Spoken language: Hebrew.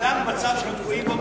בגלל המצב שאנחנו תקועים בו.